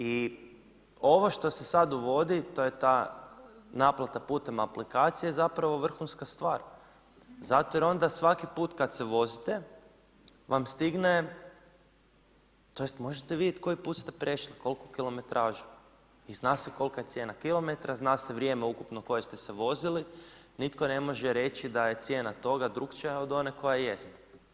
I ovo što se sad uvodi to je ta naplata putem aplikacije je zapravo vrhunska stvar, zato jer onda svaki put kad se vozite vam stigne, tj. možete vidjet koji put ste prešli, kolku kilometražu i zna se kolka je cijena kilometra, zna se vrijeme ukupno koje ste se vozili, nitko ne može reći da je cijena toga drukčija od one koja jest.